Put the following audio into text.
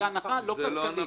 היא הנחה לא כלכלית.